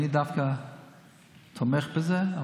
אני דווקא תומך בזה.